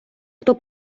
хто